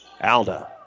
Alda